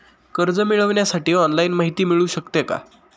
कर्ज मिळविण्यासाठी ऑनलाईन माहिती मिळू शकते का?